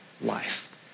life